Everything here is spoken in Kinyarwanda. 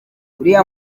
uriya